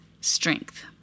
strength